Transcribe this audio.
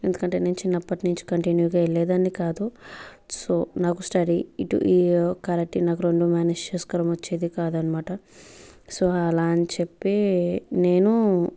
ఎందుకంటే నేను చిన్నప్పటినుంచి కంటిన్యూ గా వెళ్ళేదాన్ని కాదు సో నాకు స్టడీ ఇటు ఈ కరాటే నాకు రెండు మేనేజ్ చేసుకోవడం వచ్చేది కాదు అనమాట సో అలా అని చెప్పి నేను